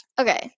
Okay